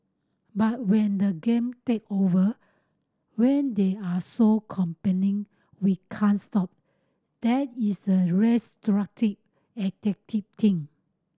but when the game take over when they are so compelling we can't stop that is a restrictive addictive thing